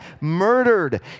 murdered